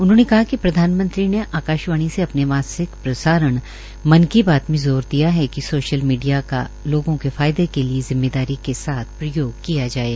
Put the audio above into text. उन्होंने कहा कि प्रधानमंत्री ने आकाशवाणी से अपने मासिक प्रसारण मन की बात मे ज़ोर दिया है कि सोशल मीडिया का लोगों के फायदे के लिए जिम्मेदारी के साथ प्रयोग किया जाये